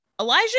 Elijah